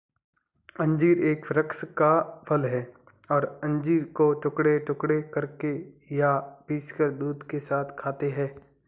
अंजीर एक वृक्ष का फल है और अंजीर को टुकड़े टुकड़े करके या पीसकर दूध के साथ खाते हैं